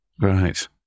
Right